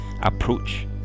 approach